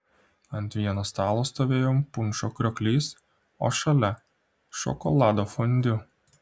ant vieno stalo stovėjo punšo krioklys o šalia šokolado fondiu